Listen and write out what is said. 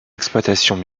exploitations